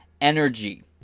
energy